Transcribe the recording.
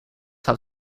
have